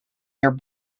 your